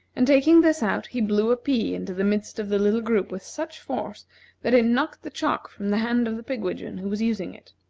and taking this out he blew a pea into the midst of the little group with such force that it knocked the chalk from the hand of the pigwidgeon who was using it.